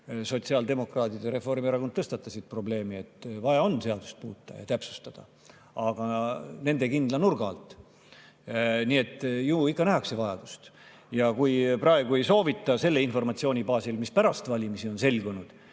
sotsiaaldemokraadid ja Reformierakond tõstatasid probleemi, et on vaja seadust muuta ja seda täpsustada, aga nende kindla nurga alt, siis ju ikka nähakse vajadust. Ja kui seda praegu ei soovita selle informatsiooni baasil, mis pärast valimisi on selgunud,